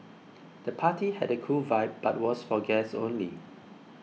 the party had a cool vibe but was for guests only